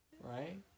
Right